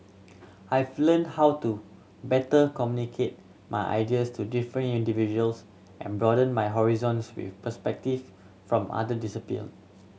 I've learnt how to better communicate my ideas to different individuals and broaden my horizons with perspective from other disappear